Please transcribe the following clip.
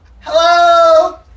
Hello